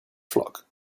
flock